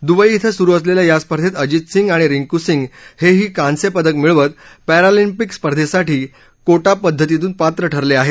Dubai िं सुरु असलेल्या या स्पर्धेत अजित सिंग आणि रिंकू हेही कांस्यपदक मिळवत पॅरालिम्पिक स्पर्धेसाठी कोटा पद्धतीतून पात्र ठरले आहेत